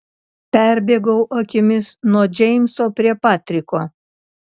perbėgau akimis nuo džeimso prie patriko